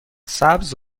سبز